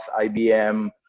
IBM